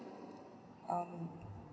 um